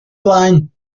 blaen